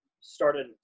started